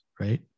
right